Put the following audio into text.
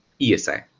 ESI